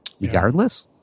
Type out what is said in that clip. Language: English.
regardless